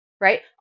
right